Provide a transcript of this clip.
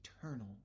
eternal